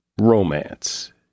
romance